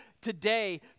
today